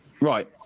Right